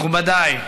מכובדיי,